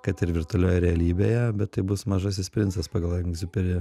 kad ir virtualioj realybėje bet tai bus mažasis princas pagal egziuperi